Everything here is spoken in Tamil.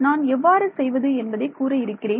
நான் எவ்வாறு செய்வது என்பதை கூற இருக்கிறேன்